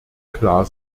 klar